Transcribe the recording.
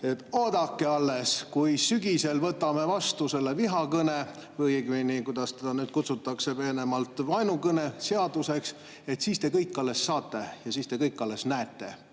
oodake alles, kui sügisel võtame vastu vihakõne [seaduse] – või õigemini, kuidas seda nüüd kutsutakse peenemalt: vaenukõne seadus –, siis te kõik alles saate ja siis te kõik alles näete.